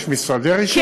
יש משרדי רישוי,